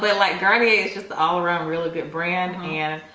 like darby is just all-around. really good brand hanna.